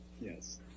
Yes